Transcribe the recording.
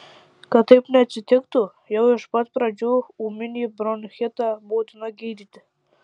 kad taip neatsitiktų jau iš pat pradžių ūminį bronchitą būtina gydyti